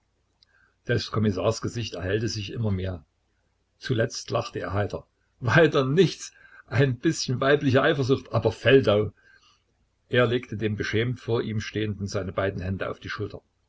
des kommissars gesicht erhellte sich immer mehr zuletzt lachte er heiter weiter nichts ein bißchen weibliche eifersucht aber feldau er legte dem beschämt vor ihm stehenden seine beiden hände auf die schulter